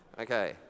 Okay